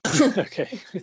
Okay